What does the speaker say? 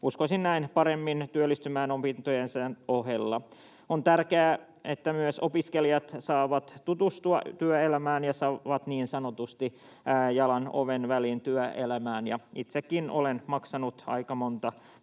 uskoisin näin, paremmin työllistyä opintojensa ohella. On myös tärkeää, että opiskelijat saavat tutustua työelämään ja saavat niin sanotusti jalan oven väliin työelämään. Itsekin olen maksanut aika monta